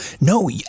no